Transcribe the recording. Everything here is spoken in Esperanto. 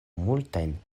multajn